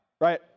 right